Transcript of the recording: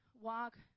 walk